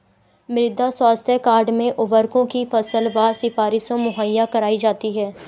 मृदा स्वास्थ्य कार्ड में उर्वरकों की फसलवार सिफारिशें मुहैया कराई जाती है